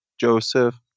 joseph